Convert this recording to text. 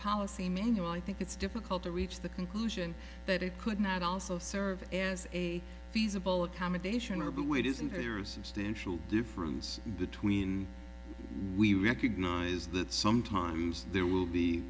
policy manual i think it's difficult to reach the conclusion that it could not also serve as a feasible accommodation are but wait isn't there a substantial difference between we recognise that sometimes there will be